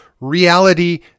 reality